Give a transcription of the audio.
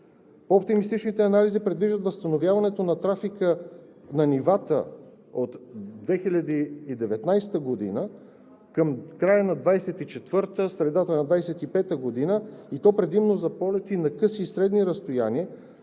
По-оптимистичните анализи предвиждат възстановяването на трафика на нивата от 2019 г. към края на 2024 г. – средата на 2025 г., и то предимно за полети на къси и средни разстояния,